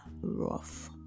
rough